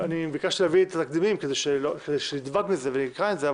ביקשתי להביא את התקדימים כדי שנדבק בזה ונקרא את זה.